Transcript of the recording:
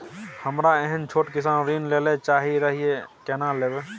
हमरा एहन छोट किसान ऋण लैले चाहैत रहि केना लेब?